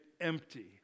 empty